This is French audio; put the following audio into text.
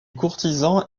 courtisans